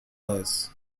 dez